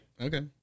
Okay